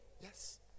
Yes